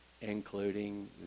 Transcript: including